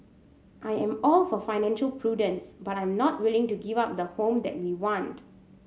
I am all for financial prudence but I am not willing to give up the home that we want